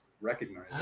recognize